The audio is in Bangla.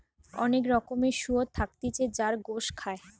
অনেক রকমের শুয়োর থাকতিছে যার গোস খায়